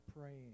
praying